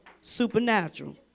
Supernatural